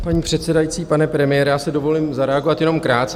Paní předsedající, pane premiére, já si dovolím zareagovat jenom krátce.